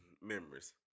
memories